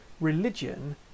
religion